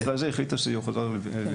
בסדר.